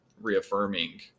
reaffirming